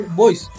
boys